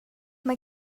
mae